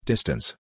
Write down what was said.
Distance